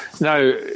Now